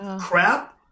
crap